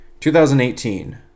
2018